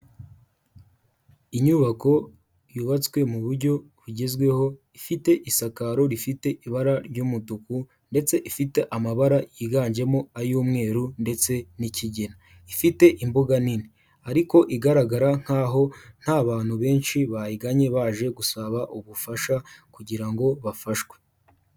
Inyubako yubatswe mu buryo bugezweho ifite isakaro rifite ibara ry'umutuku ndetse ifite amabara y'iganjemo ay'umweru ndetse n'ikigina ifite imbuga nini ariko igaragara nk'aho nta bantu benshi bayiganye baje gusaba ubufasha kugira ngo bafashwe.